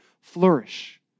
flourish